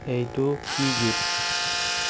এইটো কি গীত